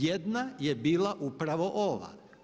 Jedna je bila upravo ova.